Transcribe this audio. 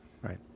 Right